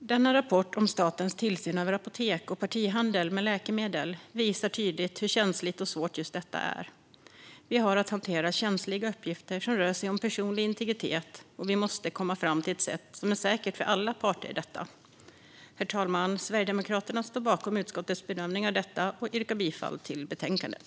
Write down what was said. Denna rapport om statens tillsyn över apotek och partihandel med läkemedel visar tydligt hur känsligt och svårt detta är. Vi har att hantera känsliga uppgifter. Det rör sig om personlig integritet. Vi måste komma fram till ett sätt som är säkert för alla parter. Herr talman! Sverigedemokraterna står bakom utskottets bedömning och yrkar bifall till förslaget i betänkandet.